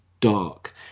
dark